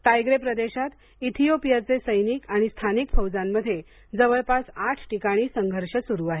Tigray प्रदेशात इथिओपियाचे सैनिक आणि स्थानिक फौजांमध्ये जवळपास आठ ठिकाणी संघर्ष सुरू आहे